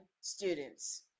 students